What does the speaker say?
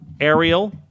Ariel